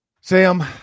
sam